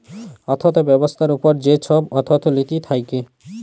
অথ্থ ব্যবস্থার উপর যে ছব অথ্থলিতি থ্যাকে